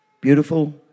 beautiful